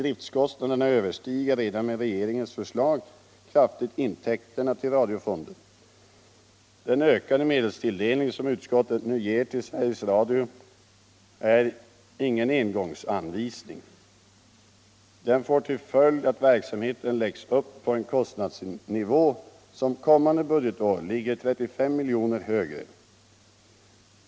Driftkostnaderna överstiger redan med regeringens förslag kraftigt intäkterna till radiofonden. Den ökade medelstilldelningen till Sveriges Radio som utskottet nu tillstyrker är ingen engångsanvisning. Den får till följd att verksamheten läggs upp på en kostnadsnivå som kommande budgetår är 35 milj.kr. högre än f. n.